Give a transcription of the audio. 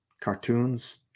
cartoons